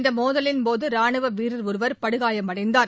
இந்த மோதலின்போது ரானுவ வீரர் ஒருவர் காயமடைந்தார்